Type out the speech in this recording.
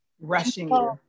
rushing